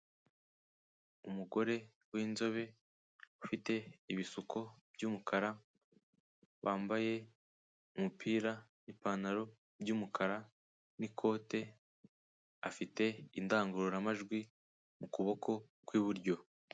Umugore w'inzobe ufite ibisuko by'umukara, wambaye umupira n'ipantaro by'umukara n'ikote, afite indangururamajwi mu kuboko kw'iburyo.